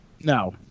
No